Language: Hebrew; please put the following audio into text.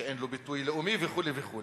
שאין לו ביטוי לאומי וכו' וכו',